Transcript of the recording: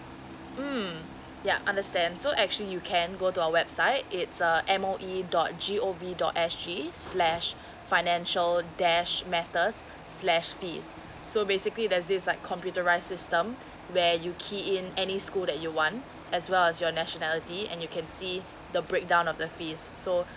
mm yeah understand so actually you can go to our website it's uh M O E dot G O V dot S G slash financial dash matters slash fees so basically there's this like computerized system where you key in any school that you want as well as your nationality and you can see the breakdown of the fees so